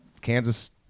kansas